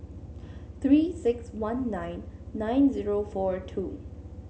Three six one nine nine zero four two